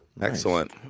Excellent